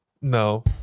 No